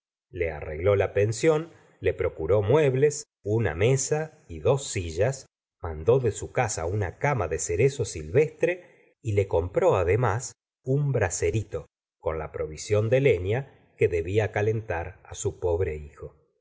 le arregló la pensión le procuró muebles una mesa y dos sillas mandó de su casa una cama de cerezo silvestre y le compró además un braserito con la provisión de leña que debía calentar su pobre hijo